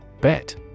Bet